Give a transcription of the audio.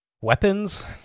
weapons